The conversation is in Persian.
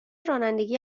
رانندگی